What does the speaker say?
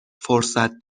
فرصت